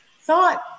thought